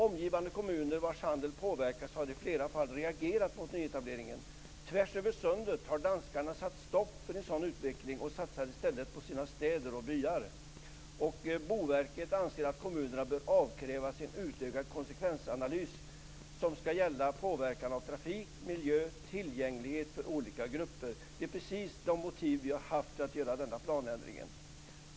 Omgivande kommuner vilkas handel påverkas har i flera fall reagerat mot nyetableringen. Tvärs över sundet har danskarna satt stopp för en sådan utveckling. De satsar i stället på sina städer och byar. Boverket anser att kommunerna bör avkrävas en utökad konsekvensanalys som skall gälla påverkan av trafik, miljö och tillgänglighet för olika grupper. Det är precis de motiv som vi har haft för att göra den här planändringen.